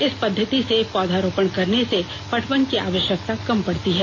इस पद्वति से पौधारोपण करने से पटवन की आवश्यकता कम पड़ती है